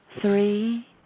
Three